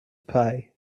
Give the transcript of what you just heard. pay